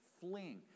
fleeing